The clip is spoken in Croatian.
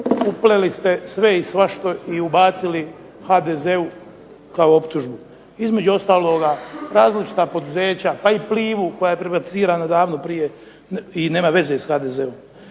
upleli ste sve i svašta i ubacili HDZ-u kao optužbu, između ostaloga različita poduzeća pa i Plivu koja je ... davno prije i nema veze s HDZ-om,